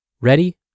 Ready